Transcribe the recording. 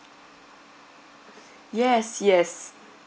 yes yes